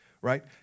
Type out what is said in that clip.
right